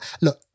look